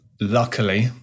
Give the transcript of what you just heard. Luckily